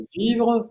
vivre